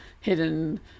hidden